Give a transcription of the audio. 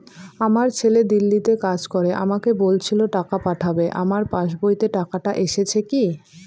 আমার ছেলে দিল্লীতে কাজ করে আমাকে বলেছিল টাকা পাঠাবে আমার পাসবইতে টাকাটা এসেছে কি?